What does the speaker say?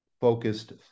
focused